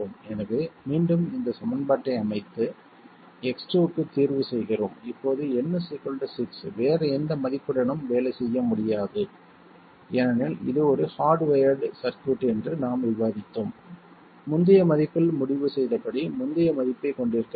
எனவே மீண்டும் இந்த சமன்பாட்டை அமைத்து X 2 க்கு தீர்வு செய்கிறோம் இப்போது n 6 வேறு எந்த மதிப்புடனும் வேலை செய்ய முடியாது ஏனெனில் இது ஒரு ஹார்ட் வயர்ட் சர்க்யூட் என்று நாம் விவாதித்தோம் முந்தைய மதிப்பில் முடிவு செய்தபடி முந்தைய மதிப்பைக் கொண்டிருக்க வேண்டும்